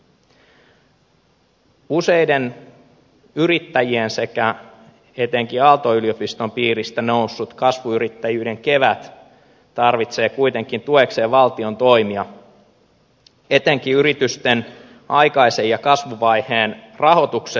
useiden yrittäjien sekä etenkin aalto yliopiston piiristä noussut kasvuyrittäjyyden kevät tarvitsee kuitenkin tuekseen valtion toimia etenkin yritysten aikaisen ja kasvuvaiheen rahoituksessa